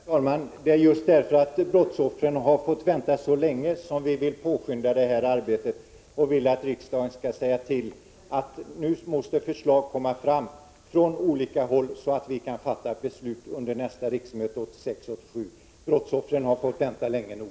Herr talman! Det är just därför att brottsoffren har fått vänta så länge som vi vill påskynda arbetet. Vi vill att riksdagen skall säga till att det nu måste komma fram förslag från olika håll, så att vi kan fatta ett beslut under riksmötet 1986/87. Brottsoffren har fått vänta länge nog.